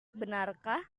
benarkah